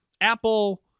Apple